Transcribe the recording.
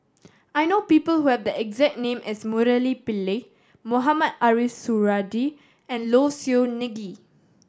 I know people who have the exact name as Murali Pillai Mohamed Ariff Suradi and Low Siew Nghee